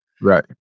Right